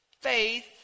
Faith